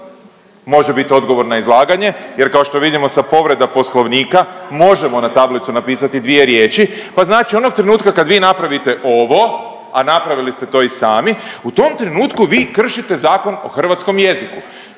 Može biti odgovor na izlaganje jer kao što vidimo sa povreda poslovnika možemo na tablicu napisati dvije riječi, pa znači onog trenutka kad vi napravite ovo, a napravili ste to i sami u tom trenutku vi kršite Zakon o hrvatskom jeziku.